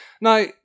now